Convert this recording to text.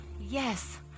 Yes